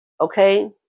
okay